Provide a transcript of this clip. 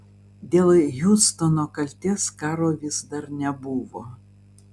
dėl hiustono kaltės karo vis dar nebuvo